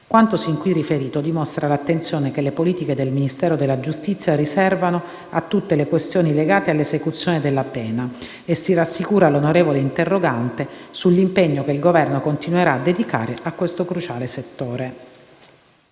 Quanto sin qui riferito dimostra l'attenzione che le politiche del Ministero della giustizia riservano a tutte le questioni legate all'esecuzione della pena e si rassicura l'onorevole interrogante sull'impegno che il Governo continuerà a dedicare a questo cruciale settore.